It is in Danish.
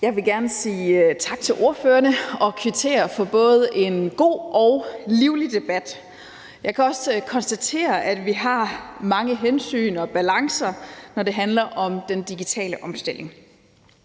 Jeg vil gerne sige tak til ordførerne og kvittere for en både god og livlig debat. Jeg kan også konstatere, at vi har mange hensyn og balancer, når det handler om den digitale omstilling.